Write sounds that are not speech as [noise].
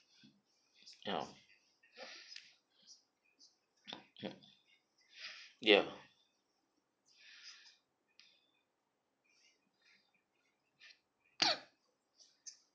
ya mm ya [coughs]